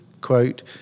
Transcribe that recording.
quote